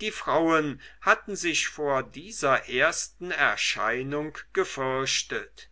die frauen hatten sich vor dieser ersten erscheinung gefürchtet